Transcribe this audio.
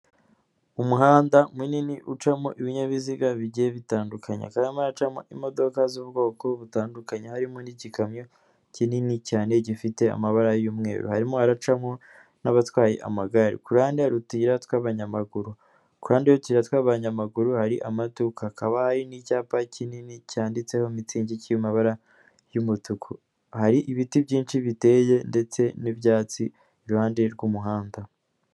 Umuhanda munini ucamo ibinyabiziga bijyiye bitandukanye hakaba harimo haracamo imodoka z'ubwoko butandukanye harimo n'igikamyo kinini cyane gifite amabara y'umweru harimo haracamo n'abatwaye amagare kuruhande hari utuyira tw'abanyamaguru kuruhande rw'utuyira tw'abanyamaguru hari amaduka hakaba hari n'icyapa kinini cyanditseho mitsingi kiri mu mabara y'umutuku hari ibiti byinshi biteye ndetse n'ibyatsi iruhande rw'umuhanda.